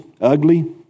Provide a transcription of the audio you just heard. ugly